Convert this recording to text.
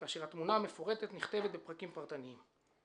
כאשר התמונה המפורטת נכתבת בפרקים פרטניים.